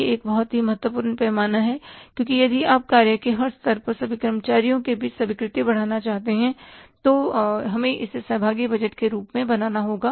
यह एक बहुत ही महत्वपूर्ण पैमाना है क्योंकि यदि आप फर्म के हर स्तर पर सभी कर्मचारियों के बीच स्वीकृति बढ़ाना चाहते हैं तो हमें इसे सहभागी बजट के रूप में बनाना होगा